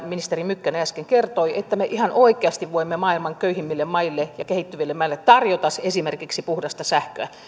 ministeri mykkänen äsken kertoi että me ihan oikeasti voimme maailman köyhimmille maille ja kehittyville maille tarjota esimerkiksi puhdasta sähköä